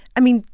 i mean,